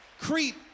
Creep